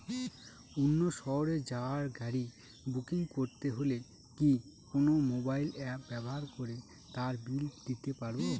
অন্য শহরে যাওয়ার গাড়ী বুকিং করতে হলে কি কোনো মোবাইল অ্যাপ ব্যবহার করে তার বিল দিতে পারব?